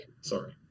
sorry